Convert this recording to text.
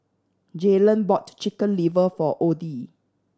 Jaylan bought Chicken Liver for Oddie